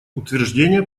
утверждение